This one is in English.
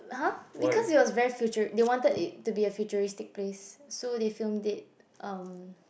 !huh! because it was very future they wanted it to be a futuristic place so they filmed it erm